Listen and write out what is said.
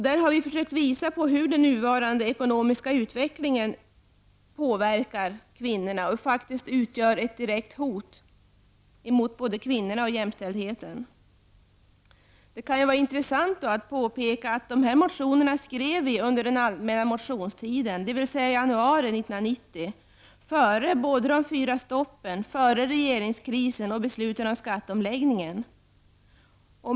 Där har vi försökt visa på hur den nuvarande ekonomiska utvecklingen påverkar kvinnor och faktiskt utgör ett direkt hot mot både kvinnorna och jämställdheten. Det kan vara intressant att påpeka att dessa motioner skrev vi under den allmänna motionstiden, dvs. januari 1990, före de fyra stoppen, före regeringskrisen och beslutet om skatteomläggningen.